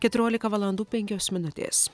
keturiolika valandų penkios minutės